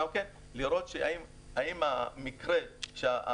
ההנחיה הייתה שאנחנו לא מעלים את גובה האגרה לתלמיד.